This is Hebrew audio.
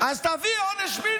אני לא